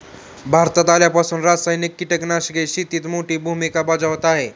भारतात आल्यापासून रासायनिक कीटकनाशके शेतीत मोठी भूमिका बजावत आहेत